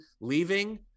leaving